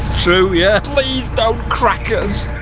so yeah. please don't crack us